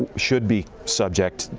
should be subject